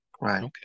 right